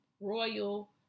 royal